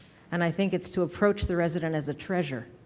and i think it's to approach the resident as a treasure.